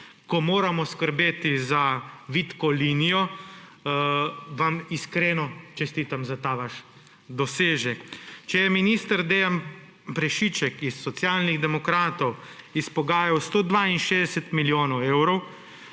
ko moramo skrbeti za vitko linijo, vam iskreno čestitam za ta vaš dosežek. Če je minister Dejan Prešiček iz Socialnih demokratov izpogajal 162 milijonov evrov,